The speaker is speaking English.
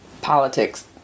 politics